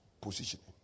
positioning